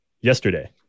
yesterday